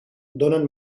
donen